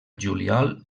juliol